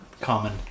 common